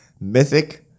Mythic